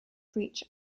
breach